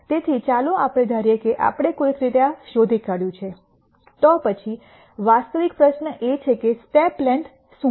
તેથી ચાલો આપણે ધારીએ કે આપણે કોઈક રીતે આ શોધી કાઢ્યું છે તો પછી વાસ્તવિક પ્રશ્ન એ છે કે સ્ટેપ લેંથ શું છે